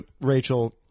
Rachel